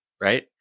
right